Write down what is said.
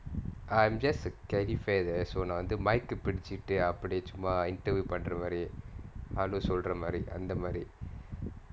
I'm just a calefare there so நான் வந்து:naan vanthu microphone ah பிடிச்சுட்டு அப்படி சும்மா:pidichittu appadi chummaa interview பண்றமாரி:pandramaari hello சொல்றமாரி அந்தமாரி:solramaari anthamaari